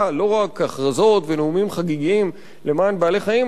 לא רק הכרזות ונאומים חגיגיים למען בעלי-חיים, אלא